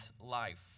life